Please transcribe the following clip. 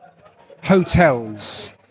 hotels